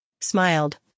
Smiled